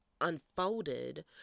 unfolded